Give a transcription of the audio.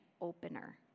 opener